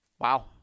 Wow